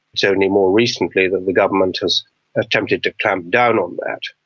it's only more recently that the government has attempted to clamp down on that.